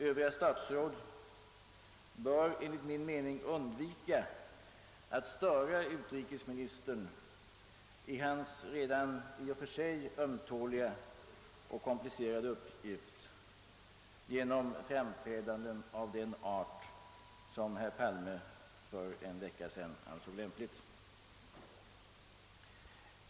Övriga statsråd bör enligt min mening undvika att störa utrikesministern i hans redan i och för sig ömtåliga och komplicerade arbetsuppgifter genom framträdanden av den art som herr Palme för en vecka sedan ansåg lämpligt.